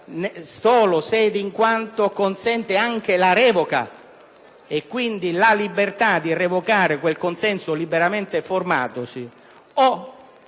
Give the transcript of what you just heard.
solo se ed in quanto consente anche la revoca e quindi la libertà di revocare quel consenso liberamente formatosi o